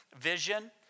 vision